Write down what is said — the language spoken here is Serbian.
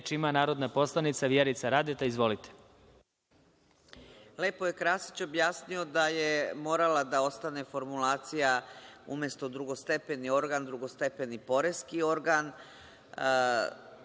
ima narodna poslanica Vjerica Radeta. Izvolite. **Vjerica Radeta** Lepo je Krasić objasnio da je morala da ostane formulacija umesto drugostepeni organ, drugostepeni poreski organ.